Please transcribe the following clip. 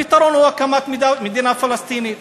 הפתרון הוא מדינה פלסטינית.